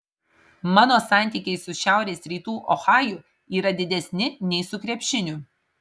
mano santykiai su šiaurės rytų ohaju yra didesni nei su krepšiniu